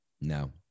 No